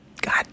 God